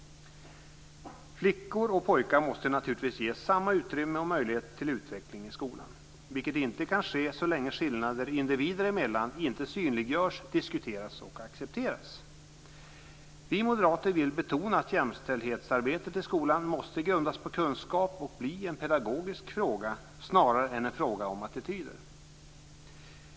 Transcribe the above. Flickor och pojkar måste naturligtvis ges samma utrymme och möjligheter till utveckling i skolan, vilket inte kan ske så länge skillnader individer emellan inte synliggörs, diskuteras och accepteras. Vi moderater vill betona att jämställdhetsarbetet i skolan måste grundas på kunskap och bli en pedagogisk fråga snarare än en fråga om attityder.